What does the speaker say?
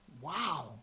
Wow